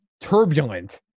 turbulent